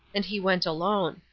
and he went alone.